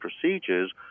procedures